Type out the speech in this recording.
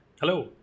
Hello